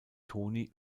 tony